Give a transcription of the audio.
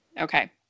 Okay